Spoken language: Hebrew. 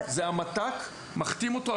זה המת"ק מחתים אותו,